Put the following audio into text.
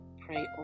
pray